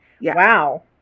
Wow